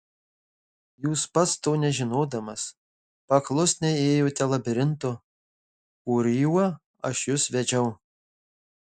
jūs pats to nežinodamas paklusniai ėjote labirintu kuriuo aš jus vedžiau